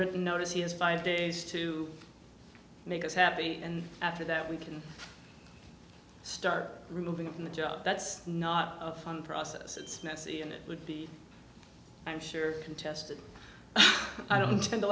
written notice he has five days to make us happy and after that we can start removing him from the job that's not a fun process it's messy and it would be i'm sure contested i don't intend to